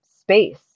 space